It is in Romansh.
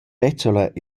bezzola